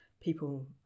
people